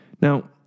Now